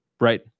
Right